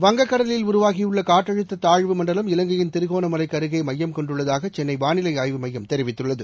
வங்கக்கடலில் உருவாகியுள்ள காற்றழுத்த தாழ்வு மண்டலம் இலங்கையின் திரிகோணமலைக்கு அருகே மையம் கொண்டுள்ளதாக சென்னை வானிலை மையம் தெரிவித்துள்ளது